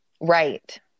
right